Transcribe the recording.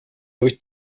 durch